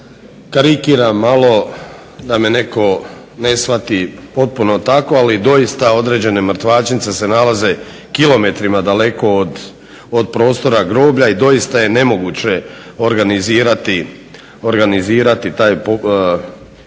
Karikiram malo da me netko ne shvati potpuno tako, ali doista određene mrtvačnice se nalaze kilometrima daleko od prostora groblja i doista je nemoguće organizirati taj